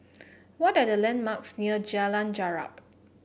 what are the landmarks near Jalan Jarak